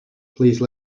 please